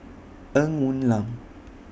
Ng Woon Lam